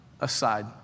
aside